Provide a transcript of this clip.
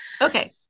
Okay